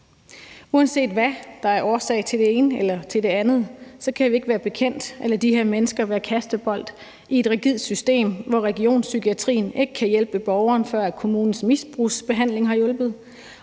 Uanset hvad der er årsag til det ene eller til det andet, kan vi ikke være bekendt at lade de her mennesker være kastebolde i et rigidt system, hvor regionspsykiatrien ikke kan hjælpe borgeren, før kommunens misbrugsbehandling har hjulpet,